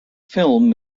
film